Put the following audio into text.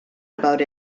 about